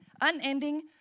unending